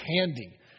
candy